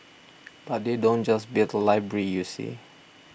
but they don't just build a library you see